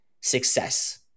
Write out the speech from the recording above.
success